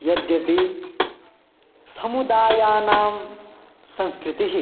यद्यपि समुदायानां संस्कृतिः